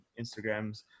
Instagrams